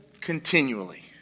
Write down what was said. continually